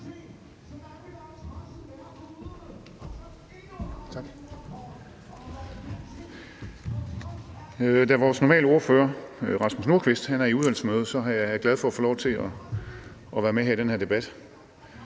Da vores sædvanlige ordfører, hr. Rasmus Nordqvist, sidder i udvalgsmøde, er jeg glad for at få lov til at være med i den her debat.